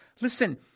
Listen